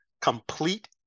Complete